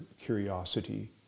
curiosity